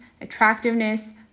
attractiveness